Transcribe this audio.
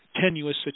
tenuous